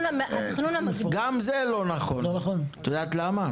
התכנון ה --- גם זה לא נכון, את יודעת למה?